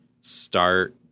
start